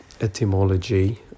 Etymology